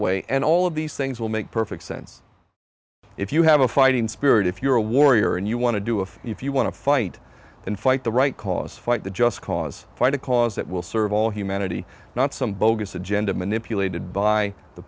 way and all of these things will make perfect sense if you have a fighting spirit if you're a warrior and you want to do if if you want to fight and fight the right cause fight the just cause fight a cause that will serve all humanity not some bogus agenda manipulated by the